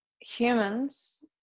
humans